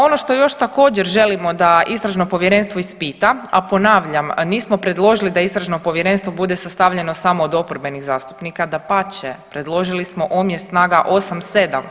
Ono što još također želimo da istražno povjerenstvo ispita, a ponavljam nismo predložili da istražno povjerenstvo bude sastavljeno samo od oporbenih zastupnika, dapače predložili smo omjer snaga 8:7.